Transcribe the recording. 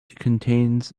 contains